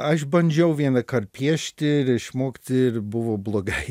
aš bandžiau vienąkart piešti ir išmokti ir buvo blogai